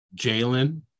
Jalen